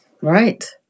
Right